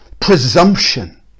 presumption